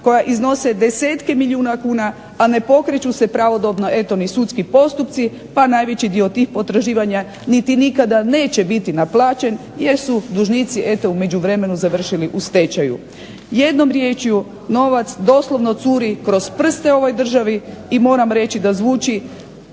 koja iznose desetke milijuna kuna a ne pokreću se pravodobno ni sudski postupci pa najveći dio tih potraživanja niti nikada neće biti naplaćen jer su dužnici u međuvremenu završili u stečaju. Jednom riječju novac doslovno curi kroz prste ovoj državi i moram reći da zvuči